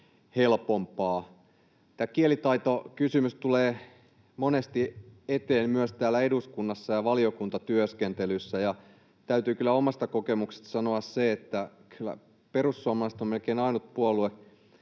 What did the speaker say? helpompaa. Tämä kielitaitokysymys tulee monesti eteen myös täällä eduskunnassa ja valiokuntatyöskentelyssä, ja täytyy kyllä omasta kokemuksesta sanoa se, että kyllä perussuomalaiset on melkein ainut puolue,